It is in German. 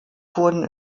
wurden